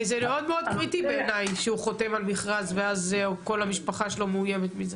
זה מאוד קריטי בעיני שהוא חותם על מכרז ואז כל המשפחה שלו מאויימת.